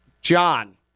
John